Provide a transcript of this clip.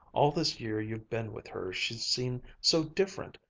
all this year you've been with her, she's seemed so different,